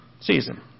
season